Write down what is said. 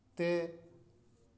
ᱛᱮ